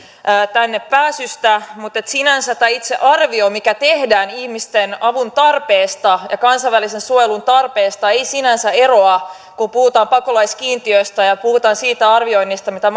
tänne pääsystä mutta itse arvio mikä tehdään ihmisten avuntarpeesta ja kansainvälisen suojelun tarpeesta ei sinänsä eroa kun puhutaan pakolaiskiintiöistä ja ja puhutaan siitä arvioinnista mitä